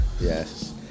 Yes